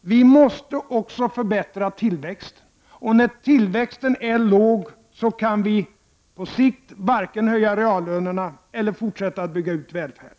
Vi måste också förbättra tillväxten. Och när tillväxten är låg kan vi på sikt varken höja reallönerna eller fortsätta att bygga ut välfärden.